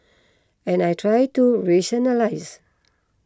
and I try to rationalise